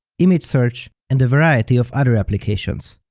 image search, and a variety of other applications.